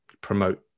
promote